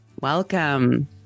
Welcome